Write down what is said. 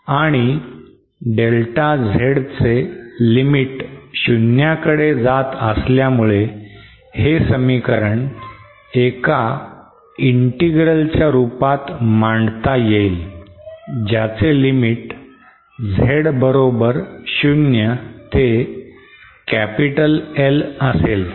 आणि delta Z च limit शुन्याकडे जात असल्यामुळे हे समीकरण एका ईंटेग्रेल च्या रूपात मांडता येईल ज्याचे लिमिट Z बरोबर शून्य ते कॅपिटल L असेल